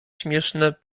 śmieszne